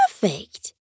perfect